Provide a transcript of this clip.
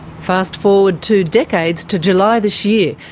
fast-forward two decades to july this year,